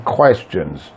questions